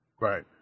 right